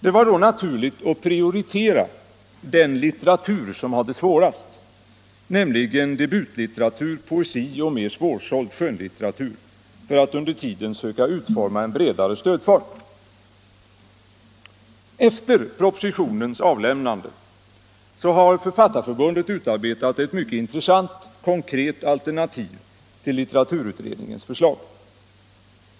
Det var då naturligt att prioritera den litteratur som har det svårast, nämligen debut litteratur, poesi och mer svårsåld skönlitteratur, för att under tiden söka utforma en bredare stödform. Efter propositionens avlämnande har Författarförbundet utarbetat ett mycket intressant konkret alternativ till litteraturutredningens förslag.